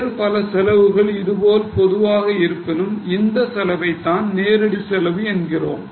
வேறு பல செலவுகள் இதேபோல் பொதுவாக இருப்பினும் இந்த செலவை தான் நேரடி செலவு என்கிறோம்